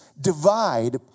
divide